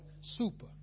super